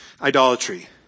idolatry